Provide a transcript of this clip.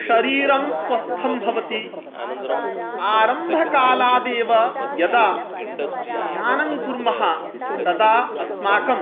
शरीरं स्वस्थं भवति आरम्भकालादेव यदा ध्यानं कुर्मः तदा अस्माकं